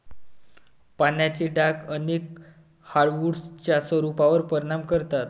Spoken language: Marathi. पानांचे डाग अनेक हार्डवुड्सच्या स्वरूपावर परिणाम करतात